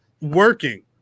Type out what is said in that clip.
working